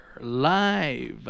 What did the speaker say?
live